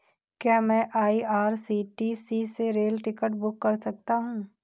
क्या मैं आई.आर.सी.टी.सी से रेल टिकट बुक कर सकता हूँ?